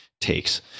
takes